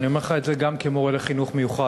ואני אומר לך את זה גם כמורה לחינוך מיוחד,